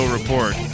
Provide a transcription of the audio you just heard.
Report